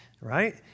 right